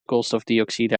koolstofdioxide